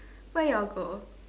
where you go